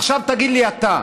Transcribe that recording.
עכשיו תגיד לי אתה,